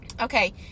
okay